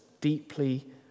deeply